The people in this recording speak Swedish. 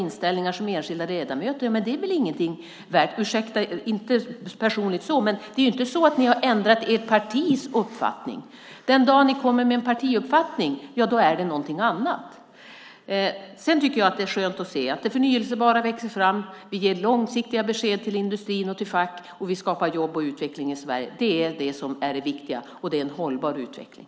Att ni som enskilda ledamöter har privata inställningar betyder ingenting - detta är inte menat som något personligt - för ni har ju inte ändrat ert partis uppfattning. Den dag ni kommer med en partiuppfattning är det någonting annat. Det är skönt att se att det förnybara växer fram. Vi ger långsiktiga besked till industrin och facken. Vi skapar jobb och utveckling i Sverige. Det är det viktiga, och det är också en hållbar utveckling.